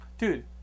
Dude